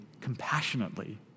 compassionately